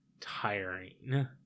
tiring